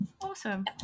awesome